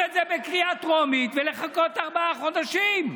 את זה בקריאה טרומית ולחכות ארבעה חודשים.